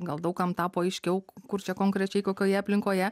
gal daug kam tapo aiškiau kur čia konkrečiai kokioje aplinkoje